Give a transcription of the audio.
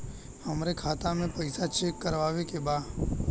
हमरे खाता मे पैसा चेक करवावे के बा?